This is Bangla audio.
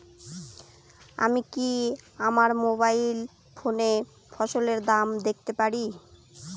আমি কি আমার মোবাইল ফোনে ফসলের দাম দেখতে পারি?